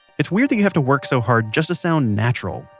it's weird that you have to work so hard just to sound natural.